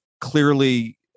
clearly